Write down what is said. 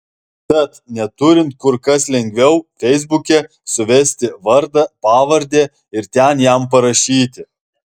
tad neturint kur kas lengviau feisbuke suvesti vardą pavardę ir ten jam parašyti